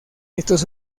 estos